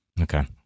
Okay